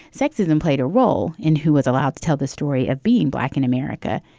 sexism played a role in who was allowed to tell the story of being black in america.